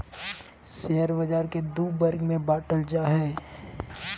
share बाज़ार के दू वर्ग में बांटल जा हइ